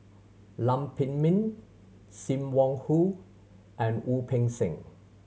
Lam Pin Min Sim Wong Hoo and Wu Peng Seng